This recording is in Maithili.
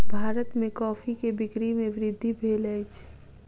भारत में कॉफ़ी के बिक्री में वृद्धि भेल अछि